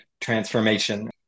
transformation